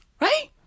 right